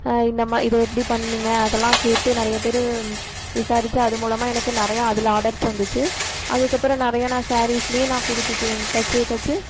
இந்தமாதிரி இது எப்படி பண்ணீங்க அதெல்லாம் கேட்டு நிறைய பேரு விசாரித்து அது மூலமாக எனக்கு நிறையா அதில் ஆர்டர்ஸ் வந்துச்சு அதுக்கப்புறம் நிறையா நான் சேரீஸில் நான் கொடுத்து தைச்சு தைச்சு